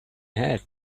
hat